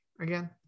again